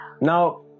Now